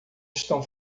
estão